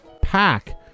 pack